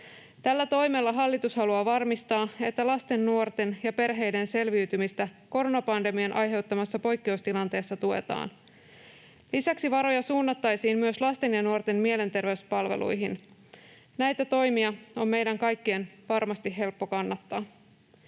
Tällä toimella hallitus haluaa varmistaa, että lasten, nuorten ja perheiden selviytymistä koronapandemian aiheuttamassa poikkeustilanteessa tuetaan. Lisäksi varoja suunnattaisiin myös lasten ja nuorten mielenterveyspalveluihin. Näitä toimia on meidän kaikkien varmasti helppo kannattaa.